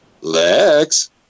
Lex